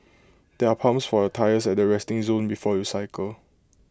there are pumps for your tyres at the resting zone before you cycle